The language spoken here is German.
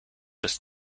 des